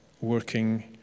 working